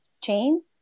chain